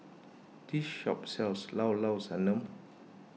this shop sells Llao Llao Sanum